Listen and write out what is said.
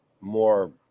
more